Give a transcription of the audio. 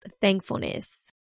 thankfulness